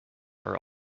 are